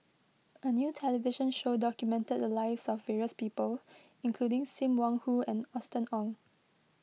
a new television show documented the lives of various people including Sim Wong Hoo and Austen Ong